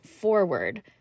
forward